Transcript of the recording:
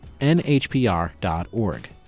nhpr.org